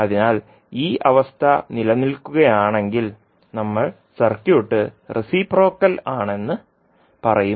അതിനാൽ ഈ അവസ്ഥ നിലനിൽക്കുകയാണെങ്കിൽ നമ്മൾ സർക്യൂട്ട് റെസിപ്രോക്കൽ ആണെന്ന് പറയും